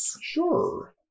Sure